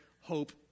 hope